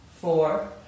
four